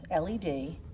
LED